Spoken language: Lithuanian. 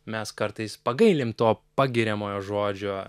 mes kartais pagailim to pagiriamojo žodžio